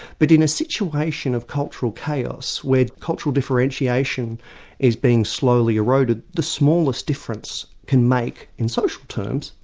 but in a situation of cultural chaos, where cultural differentiation is being slowly eroded, the smallest difference can make, in social terms,